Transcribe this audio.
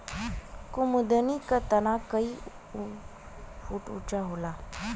कुमुदनी क तना कई फुट ऊँचा होला